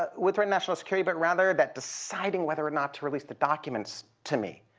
ah would threaten national security but rather that deciding whether or not to release the documents to me